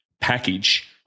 package